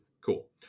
Cool